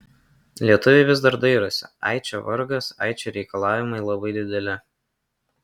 lietuviai vis dar dairosi ai čia vargas ai čia reikalavimai labai dideli